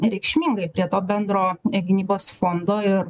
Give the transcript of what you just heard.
reikšmingai prie to bendro gynybos fondo ir